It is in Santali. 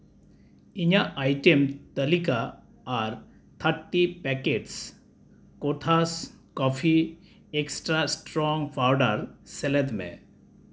ᱤᱧᱟᱹᱜ ᱟᱭᱴᱮᱢ ᱛᱟᱹᱞᱤᱠᱟ ᱟᱨ ᱛᱷᱟᱨᱴᱤ ᱯᱮᱠᱮᱴᱥ ᱠᱚᱛᱷᱟᱥ ᱠᱚᱯᱷᱤ ᱮᱠᱥᱴᱨᱟ ᱮᱥᱴᱨᱚᱝ ᱯᱟᱣᱰᱟᱨ ᱥᱮᱞᱮᱫ ᱢᱮ